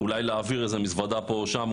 אולי להעביר איזו מזוודה פה או שם,